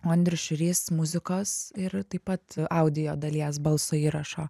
o andrius šiurys muzikos ir taip pat audinio dalies balso įrašo